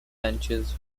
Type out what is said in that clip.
benches